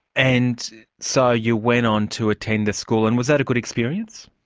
and so you went on to attend the school, and was that a good experience?